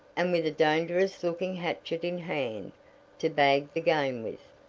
and with a dangerous-looking hatchet in hand to bag the game with.